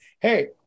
hey